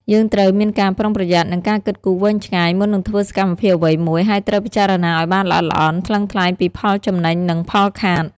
យើងត្រូវមានការប្រុងប្រយ័ត្ន និងការគិតគូរវែងឆ្ងាយ មុននឹងធ្វើសកម្មភាពអ្វីមួយ ហើយត្រូវពិចារណាឲ្យបានល្អិតល្អន់ ថ្លឹងថ្លែងពីផលចំណេញ និងផលខាត។